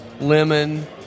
lemon